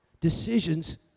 decisions